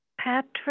Patrick